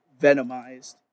Venomized